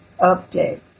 update